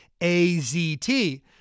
AZT